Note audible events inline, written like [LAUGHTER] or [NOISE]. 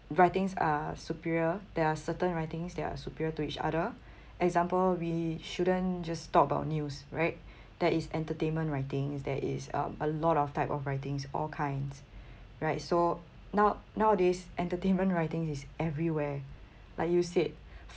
writings are superior there are certain writings that are superior to each other example we shouldn't just talk about news right [BREATH] there is entertainment writings there is um a lot of type of writings all kinds [BREATH] right so now nowadays entertainment writings is everywhere like you said